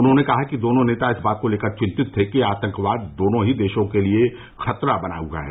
उन्होंने कहा कि दोनों नेता इस बात को लेकर चिंतित थे कि आतंकवाद दोनों ही देशों के लिए खतरा बना हुआ है